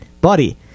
buddy